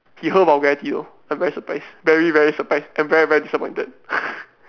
he hurled vulgarity though I'm very surprised very very surprised and very very disappointed